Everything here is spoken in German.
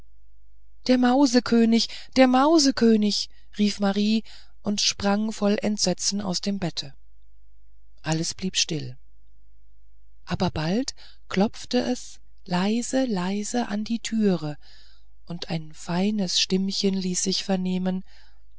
der mausekönig der mausekönig rief marie und sprang voll entsetzen aus dem bette alles blieb still aber bald klopfte es leise leise an die türe und ein feines stimmchen ließ sich vernehmen